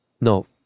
no